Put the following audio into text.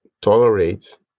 tolerate